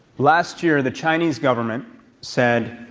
last year, the chinese government said,